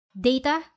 data